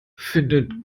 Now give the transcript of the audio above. findet